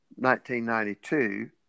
1992